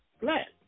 black